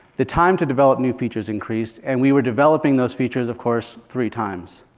the time to develop new features increased. and we were developing those features, of course, three times.